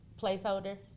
placeholder